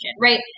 Right